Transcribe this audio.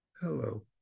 hello